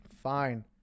fine